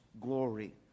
glory